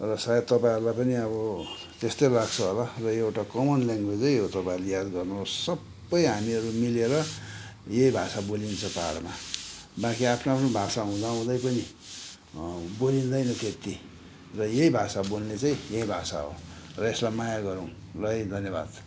र सायद तपाईँहरूलाई पनि अब त्यस्तै लाग्छ होला र एउटा कमन ल्याङ्गवेज है हो तपाईँहरूले याद गर्नुहोस् सबै हामीहरू मिलेर यही भाषा बोलिन्छ पाहाडमा बाँकी आफ्नै आफ्नै भाषा हुँदाहुँदै पनि बोलिँदैन त्यत्ति र यही भाषा बोल्ने चाहिँ यही भाषा हो र यसलाई माया गरौँ ल है धन्यवाद